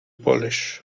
polish